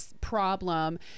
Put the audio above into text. problem